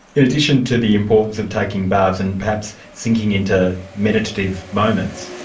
in addition to the importance of taking baths and perhaps sinking into meditative moments,